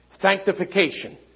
sanctification